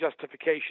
justification